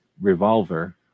revolver